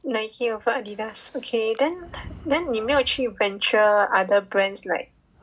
Nike over Adidas okay then then 你没有去 venture other brands like